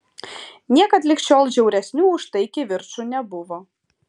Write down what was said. niekad lig šiol žiauresnių už tai kivirčų nebuvo